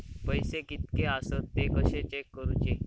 पैसे कीतके आसत ते कशे चेक करूचे?